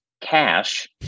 cash